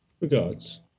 Regards